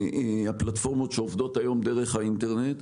פלטפורמות שעובדות היום דרך האינטרנט,